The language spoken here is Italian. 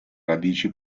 radici